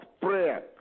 prayer